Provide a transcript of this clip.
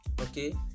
okay